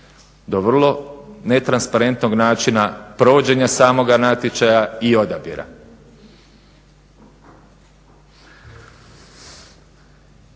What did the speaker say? do vrlo netransparentnog načina provođenja samoga natječaja i odabira.